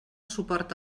suport